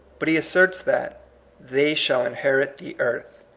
but he asserts that they shall inherit the earth.